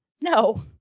No